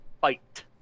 fight